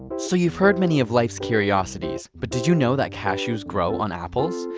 so you have heard many of life's curiosities, but did you know that cashews grow on apples?